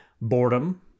boredom